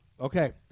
Okay